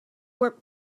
work